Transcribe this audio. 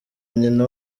nyina